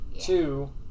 two